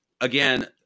again